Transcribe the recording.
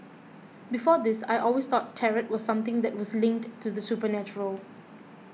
before this I always thought Tarot was something that was linked to the supernatural